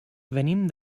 venim